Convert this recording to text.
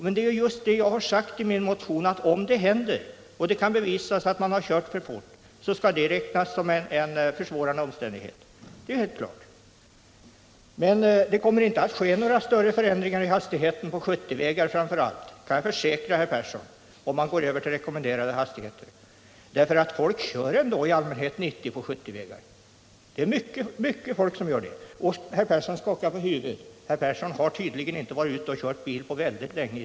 Jag har i min motion sagt att om det inträffar en olycka och det kan bevisas att man har kört för fort, så skall detta anses vara en försvårande omständighet. Men det kommer inte att bli några större förändringar av hastigheterna på 70-vägarna — det kan jag försäkra herr Persson — om man går över till rekommenderade hastigheter. Folk håller ändå i allmänhet 90 km/tim på 70-vägar. — Herr Persson skakar på huvudet. Herr Persson har tydligen inte varit ute och kört bil på mycket länge!